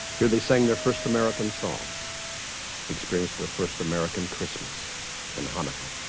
here they sang their first american songs experienced their first american christmas and hanukkah